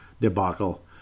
debacle